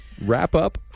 wrap-up